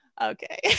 okay